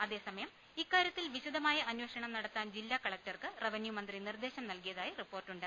അതേസമയം ഇക്കാര്യത്തിൽ വിശദമായ അന്വേഷണം നട ത്താൻ ജില്ലാകലക്ടർക്ക് റവന്യൂ മന്ത്രി നിർദേശം നൽകിയതായി റിപ്പോർട്ടുണ്ട്